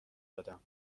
دادم